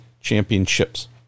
Championships